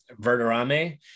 Verderame